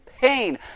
pain